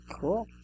Cool